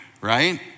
right